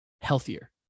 healthier